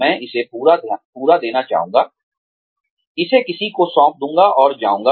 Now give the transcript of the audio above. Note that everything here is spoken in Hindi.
मैं इसे पूरा देना चाहूँगा इसे किसी को सौंप दूँगा और जाऊँगा